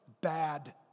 bad